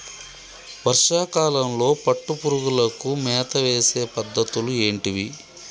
వర్షా కాలంలో పట్టు పురుగులకు మేత వేసే పద్ధతులు ఏంటివి?